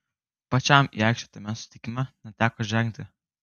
pačiam į aikštę tame susitikime neteko žengti